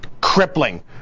crippling